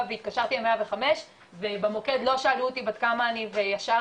והתקשרתי ל-105 ובמוקד לא שאלו אותי בת כמה אני וישר